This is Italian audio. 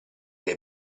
dei